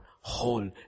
whole